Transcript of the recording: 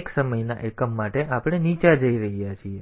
આપણે ઉચ્ચ પર રહીએ છીએ અને એક સમયના એકમ માટે આપણે નીચા જઈ રહ્યા છીએ